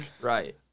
Right